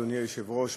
אדוני היושב-ראש,